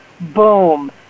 boom